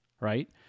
right